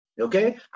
okay